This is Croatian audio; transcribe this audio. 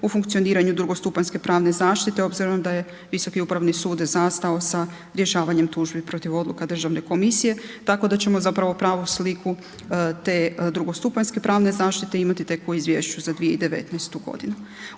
u funkcioniranju drugostupanjske pravne zaštite obzirom da je Visoki upravni sud zastao sa rješavanjem tužbi protiv odluka državne komisije, tako da ćemo zapravo pravu sliku te drugostupanjske pravne zaštite imati tek u izvješću za 2019.g.